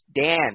Dan